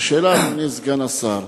השאלה, אדוני סגן השר,